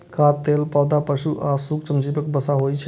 खाद्य तेल पौधा, पशु आ सूक्ष्मजीवक वसा होइ छै